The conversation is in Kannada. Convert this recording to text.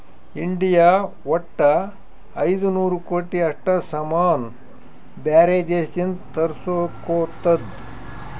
ಇಂಡಿಯಾ ವಟ್ಟ ಐಯ್ದ ನೂರ್ ಕೋಟಿ ಅಷ್ಟ ಸಾಮಾನ್ ಬ್ಯಾರೆ ದೇಶದಿಂದ್ ತರುಸ್ಗೊತ್ತುದ್